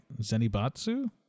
Zenibatsu